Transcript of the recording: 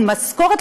אין משכורת,